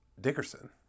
dickerson